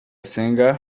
singer